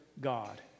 God